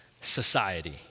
society